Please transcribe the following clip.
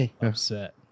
upset